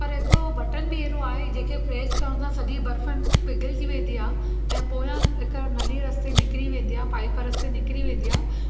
पर हिकिड़ो बटन बि अहिड़ो आहे जेके प्रेस करण सां सॼी बर्फ़ पिघलजी वेंदी आहे ऐं पोयां हिकु नली जे रस्ते निकरी वेंदी आहे पाइप रस्ते निकरी वेंदी आहे